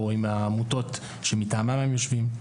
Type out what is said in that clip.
או עם העמותות שמטעמן הם יושבים.